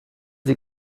sie